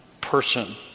person